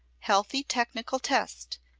healthy technical test,